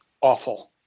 awful